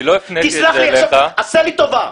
לא הפניתי את זה אליך, אבל